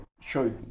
show